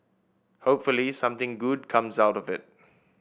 hopefully something good comes out of it